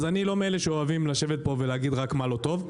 אז אני לא מאלה שאוהבים לשבת פה ולהגיד רק מה לא טוב,